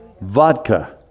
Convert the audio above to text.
Vodka